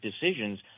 decisions